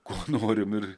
ko norim ir